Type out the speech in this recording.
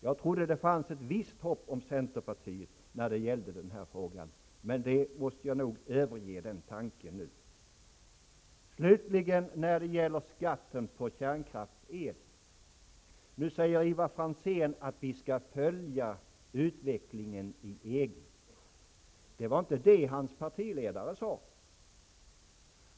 Jag trodde att det fanns ett visst hopp om centerpartiet när det gällde den här frågan, men jag måste nog överge den tanken nu. När det slutligen gäller skatten på kärnkraftsel säger Ivar Franzén att vi skall följa utvecklingen i EG. Det var inte vad hans partiledare sade.